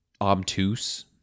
obtuse